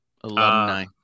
Alumni